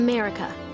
America